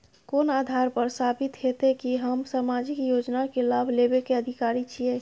कोन आधार पर साबित हेते की हम सामाजिक योजना के लाभ लेबे के अधिकारी छिये?